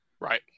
Right